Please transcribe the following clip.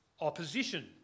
opposition